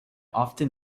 often